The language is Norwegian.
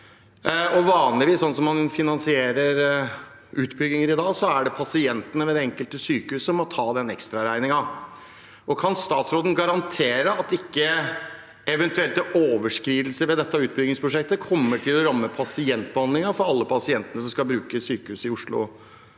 Slik man finansierer utbygginger i dag, er det vanligvis pasientene ved det enkelte sykehus som må ta den ekstraregningen. Kan statsråden garantere at eventuelle overskridelser ved dette utbyggingsprosjektet ikke kommer til å ramme pasientbehandlingen til alle pasientene som skal bruke sykehus i Oslo